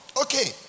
Okay